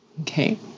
okay